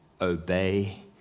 obey